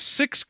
six